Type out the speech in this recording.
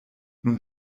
nun